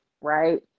Right